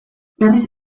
berriz